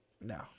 No